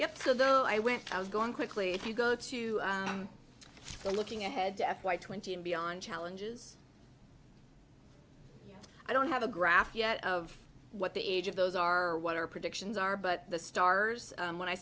yes so though i went i was going quickly if you go to the looking ahead to f y twenty and beyond challenges i don't have a graph yet of what the age of those are what our predictions are but the stars when i